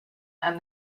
and